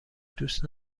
دوست